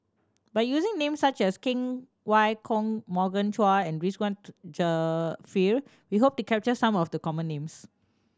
by using names such as Cheng Wai Keung Morgan Chua and Ridzwan Dzafir we hope to capture some of the common names